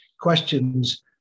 questions